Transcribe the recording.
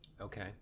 Okay